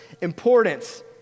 importance